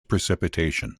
precipitation